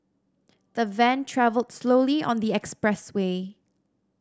the van travelled slowly on the expressway